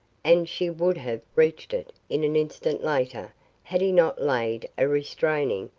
and she would have reached it in an instant later had he not laid a restraining,